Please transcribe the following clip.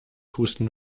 husten